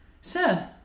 Sir